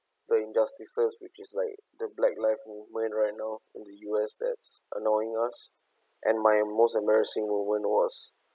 the injustices which is like the black live moment right now in the U_S that's annoying us and my most embarrassing moment was